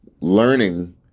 learning